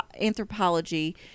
anthropology